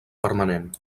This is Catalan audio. permanent